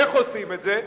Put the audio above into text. איך עושים את זה?